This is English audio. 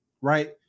right